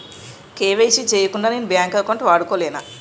KYC చేయకుండా నేను bank account వాడుకొలేన?